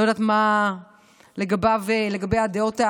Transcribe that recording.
לא יודעת מה לגבי הדעות,